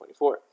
24